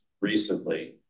recently